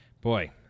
Boy